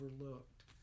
Overlooked